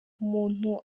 umuntu